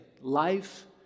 life